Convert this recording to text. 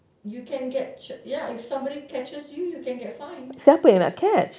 you can get ya if someone catches you you can get fined